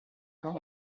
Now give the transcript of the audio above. pas